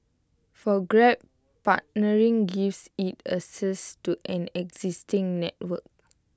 for grab partnering gives IT access to an existing network